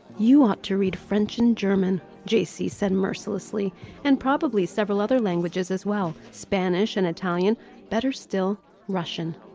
you ought to read french and german. j c. said mercilessly and probably several other languages as well. spanish and italian better still russian.